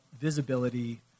visibility